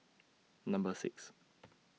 Number six